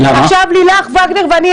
לילך וגנר ואני,